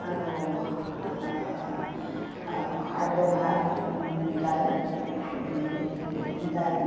আৰু খাদ্য ভাত দাইল দাইল